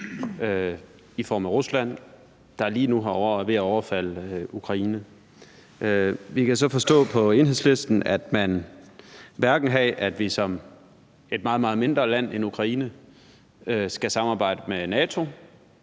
i form af Rusland, der lige nu er ved at overfalde Ukraine. Vi kan så forstå på Enhedslisten, at man ikke vil have, at vi som et meget, meget mindre land end Ukraine skal samarbejde med NATO